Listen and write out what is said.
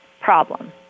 problem